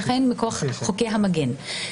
וכן מכוח חוקי המגן.